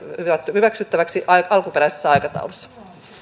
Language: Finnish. hyväksyttäväksi alkuperäisessä aikataulussa